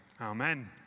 Amen